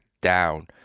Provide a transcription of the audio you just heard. down